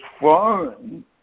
foreign